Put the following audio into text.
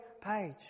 page